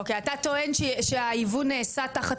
אוקי, אתה טוען שההיוון נעשה תחת